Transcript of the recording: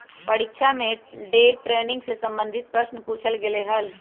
परीक्षवा में day trading से संबंधित प्रश्न पूछल गय लय